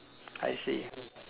I see